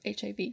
HIV